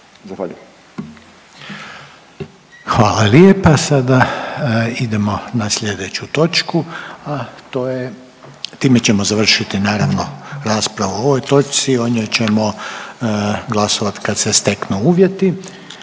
(HDZ)** Hvala lijepa. Sada idemo na sljedeću točku, a to je time ćemo završiti raspravu o ovoj točci, o njoj ćemo glasovat kad se steknu uvjeti.